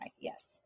Yes